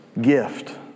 gift